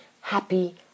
happy